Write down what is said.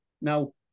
Now